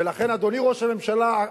ולכן, אדוני ראש הממשלה,